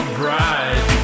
bright